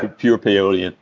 ah pure peyote, and